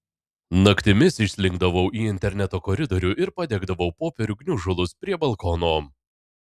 naktimis išslinkdavau į internato koridorių ir padegdavau popierių gniužulus prie balkono